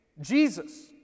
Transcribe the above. Jesus